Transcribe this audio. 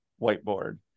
whiteboard